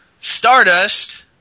Stardust